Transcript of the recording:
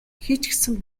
хийчихсэн